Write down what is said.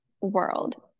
world